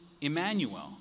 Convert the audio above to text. Emmanuel